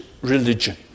religion